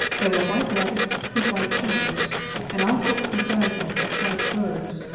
there were white rabbits and white hares and all sorts and sizes of white birds,